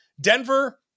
Denver